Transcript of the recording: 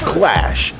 Clash